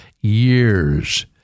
years